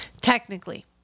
technically